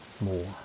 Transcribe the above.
more